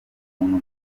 umuntu